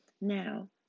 now